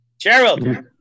gerald